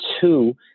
two